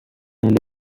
nelle